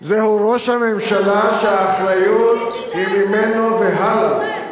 אתה המצאת, זהו ראש הממשלה שהאחריות ממנו והלאה.